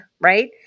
Right